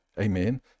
Amen